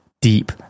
deep